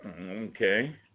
Okay